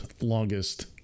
longest